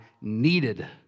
needed